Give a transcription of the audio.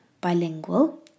bilingual